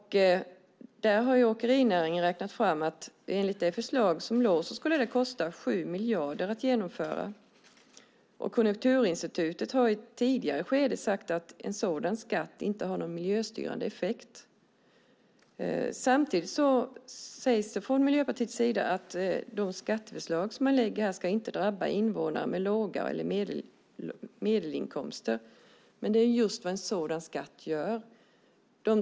Åkerinäringen har räknat fram att det förslaget skulle kosta 7 miljarder att genomföra. Konjunkturinstitutet har i ett tidigare skede sagt att en sådan skatt inte har någon miljöstyrande effekt. Samtidigt säger man i Miljöpartiet att de skatteförslag som man lägger fram inte ska drabba invånare med låga inkomster eller medelinkomster, men det är just vad en sådan skatt gör.